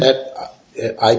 that i